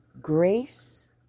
grace